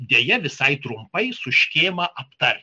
deja visai trumpai su škėma aptarti